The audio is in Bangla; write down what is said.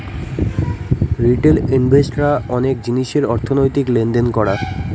রিটেল ইনভেস্ট রা অনেক জিনিসের অর্থনৈতিক লেনদেন করা